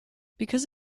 because